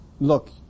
look